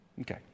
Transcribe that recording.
Okay